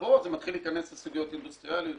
פה זה מתחיל להיכנס לסוגיות אינדוסטריאליות